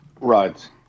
Right